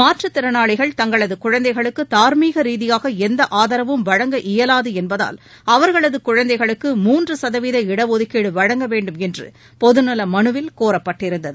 மாற்றுத் திறனாளிகள் தங்களது குழந்தைகளுக்கு தார்மீக ரீதியாக எந்த ஆதரவும் வழங்க இயலாது என்பதால் அவர்களது குழந்தைகளுக்கு மூன்று சதவீத இடஒதுக்கீடு வழங்க வேண்டுமென்று பொது நல மனுவில் கோரப்பட்டிருந்தது